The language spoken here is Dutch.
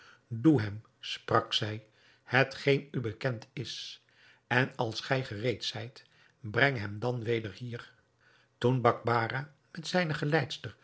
doe hem sprak zij hetgeen u bekend is en als gij gereed zijt breng hem dan weder hier toen bakbarah met zijne geleidster